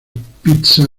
pizza